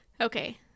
Okay